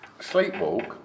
Sleepwalk